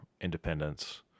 independence